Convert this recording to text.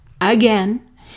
again